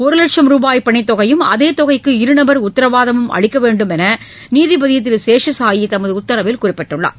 ஒரு லட்சம் ரூபாய் பிணைத்தொகையும் அதே தொகைக்கு இரு நபர் உத்தரவாதமும் அளிக்க வேண்டும் என நீதிபதி திரு சேஷசாயி தமது உத்தரவில் குறிப்பிட்டுள்ளார்